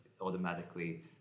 automatically